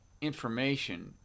information